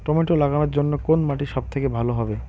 Tomato লাগানোর জন্যে কোন মাটি সব থেকে ভালো হবে?